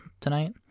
tonight